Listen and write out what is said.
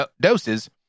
doses